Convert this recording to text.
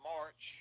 March